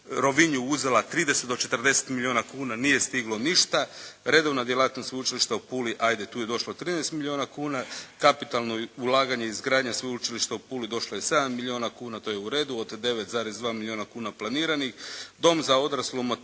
Rovinju uzela 30 do 40 milijuna kuna nije stiglo ništa. Redovna djelatnost Sveučilišta u Puli ajde tu je došlo 13 milijuna kuna. Kapitalno ulaganje, izgradnja Sveučilišta u Puli došlo je 7 milijuna kuna, to je u redu, od 9,2 milijuna kuna planiranih.